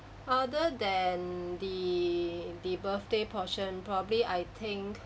other than the the birthday portion probably I think